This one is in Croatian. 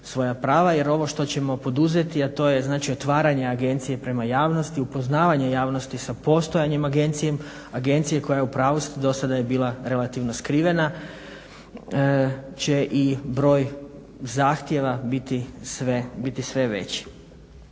svoja prava jer ovo što ćemo poduzeti, a to je znači otvaranje agencije prema javnosti, upoznavanje javnosti sa postojanjem agencije. Agencije koja u pravu ste dosada je bila relativno skrivena će i broj zahtjeva biti sve veći.